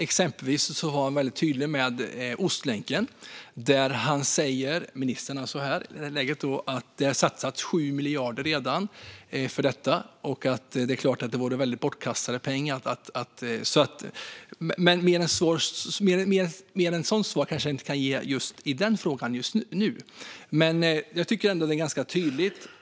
Exempelvis var ministern tydlig när det gäller Ostlänken, där han säger att det redan har satsats 7 miljarder på detta. Det är klart att det vore bortkastade pengar om det inte blir något av det. Mer än ett sådant svar kanske jag inte kan ge i den frågan just nu. Men jag tycker ändå att det är ganska tydligt.